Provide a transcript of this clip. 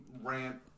rant